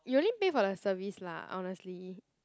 you only pay for the service lah honestly